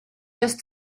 just